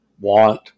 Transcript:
want